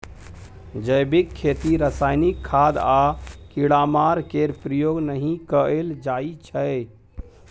जैबिक खेती रासायनिक खाद आ कीड़ामार केर प्रयोग नहि कएल जाइ छै